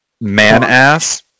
man-ass